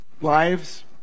lives